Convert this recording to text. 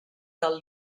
del